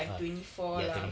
I'm twenty four lah